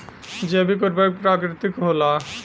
जैविक उर्वरक प्राकृतिक होला